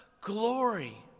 glory